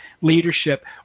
leadership